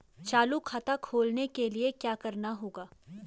चालू खाता खोलने के लिए क्या करना होगा?